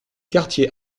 quartier